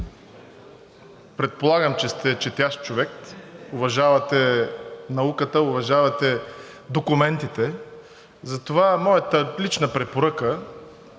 предполагам, че сте четящ човек, уважавате науката, уважавате документите, затова моята лична препоръка,